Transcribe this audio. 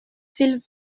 ils